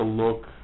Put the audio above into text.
look